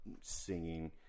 singing